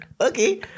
okay